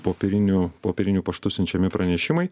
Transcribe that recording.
popieriniu popieriniu paštu siunčiami pranešimai